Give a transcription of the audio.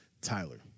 Tyler